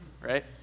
right